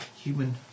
human